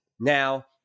Now